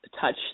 touch